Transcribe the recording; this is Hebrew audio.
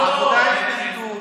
העבודה התנגדו.